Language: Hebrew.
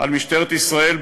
על משטרת ישראל,